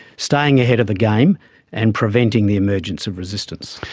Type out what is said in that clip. staying ahead of the game and preventing the emergence of resistance.